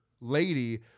lady